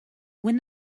when